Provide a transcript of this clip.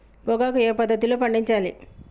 పొగాకు ఏ పద్ధతిలో పండించాలి?